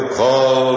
call